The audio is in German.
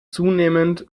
zunehmend